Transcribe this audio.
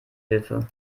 hilfe